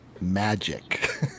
magic